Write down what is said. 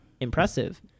Impressive